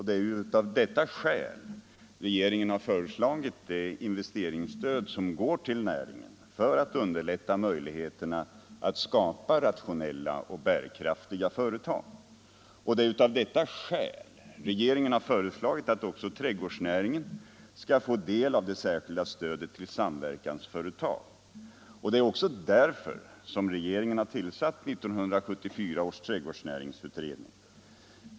Det är av detta skäl vi föreslagit det investeringsstöd som går ut till näringen för att underlätta möjligheterna att skapa rationella och bärkraftiga företag. Det är av denna anledning som regeringen har föreslagit att också trädgårdsnäringen skall få del av det särskilda stödet till samverkansföretag. Det är även därför som regeringen har tillsatt 1974 års trädgårdsnäringsutredning.